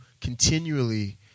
continually